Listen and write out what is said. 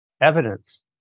Evidence